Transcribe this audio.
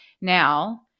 Now